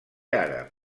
àrab